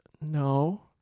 No